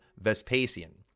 Vespasian